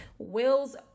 Wills